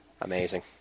Amazing